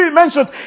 mentioned